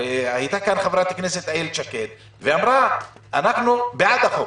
הרי הייתה כאן חברת הכנסת איילת שקד ואמרה: אנחנו בעד החוק,